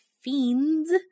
Fiends